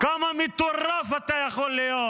כמה מטורף אתה יכול להיות,